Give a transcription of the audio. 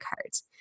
cards